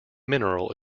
mineral